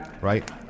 Right